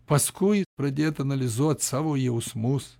paskui pradėt analizuot savo jausmus